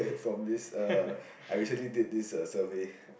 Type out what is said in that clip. from this uh I recently this uh survey